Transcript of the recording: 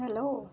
hello